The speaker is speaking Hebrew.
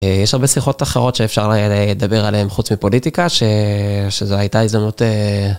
יש הרבה שיחות אחרות שאפשר לדבר עליהן חוץ מפוליטיקה שזו הייתה הזדמנות...